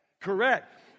correct